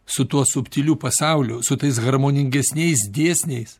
su tuo subtiliu pasauliu su tais harmoningesniais dėsniais